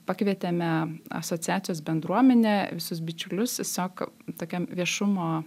pakvietėme asociacijos bendruomenę visus bičiulius tiesiog tokiam viešumo